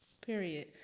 period